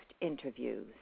interviews